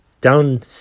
down